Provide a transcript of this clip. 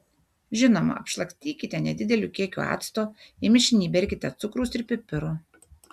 žinoma apšlakstykite nedideliu kiekiu acto į mišinį įberkite cukraus ir pipirų